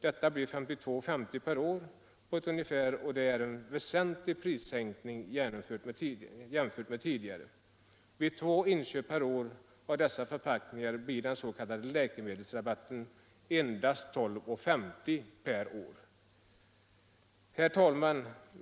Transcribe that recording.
Det blir 52:50 per år på ett ungefär, och det är en väsentlig prissänkning. Vid två inköp per år av dessa förpackningar blir den s.k. läkemedelsrabatten 12:50. Herr talman!